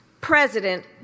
President